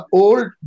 old